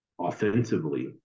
offensively